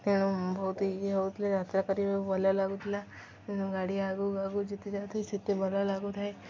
ତେଣୁ ବହୁତ ଇଏ ହଉଥିଲେ ଯାତ୍ରା କରିବାକୁ ଭଲ ଲାଗୁଥିଲା ତେଣୁ ଗାଡ଼ି ଆଗକୁ ଆଗକୁ ଯେତେ ଯାଉଥିଲା ସେତେ ଭଲ ଲାଗୁଥାଏ